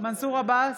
מנסור עבאס,